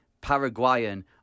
Paraguayan